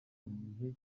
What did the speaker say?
bihe